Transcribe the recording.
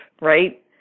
right